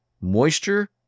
moisture